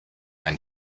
ein